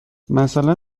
مثلا